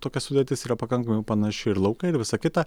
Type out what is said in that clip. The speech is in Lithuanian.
tokia sudėtis yra pakankamai panaši ir laukai ir visa kita